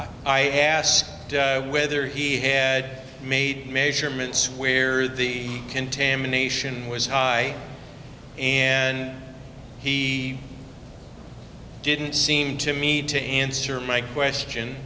made i asked whether he had made measurements where the contamination was high and he did seemed to me to answer my question